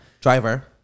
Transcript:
Driver